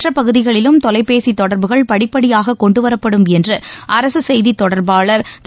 மற்ற பகுதிகளிலும் தொலைபேசி தொடர்புகள் படிப்படியாக கொண்டுவரப்படும் என்று அரசு செய்தித்தொடர்பாளர் திரு